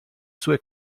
sue